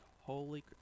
holy